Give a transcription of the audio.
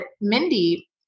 Mindy